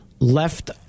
left